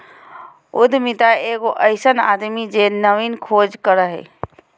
उद्यमिता एगो अइसन आदमी जे नवीन खोज करो हइ